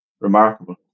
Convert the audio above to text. remarkable